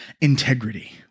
integrity